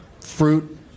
fruit